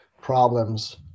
problems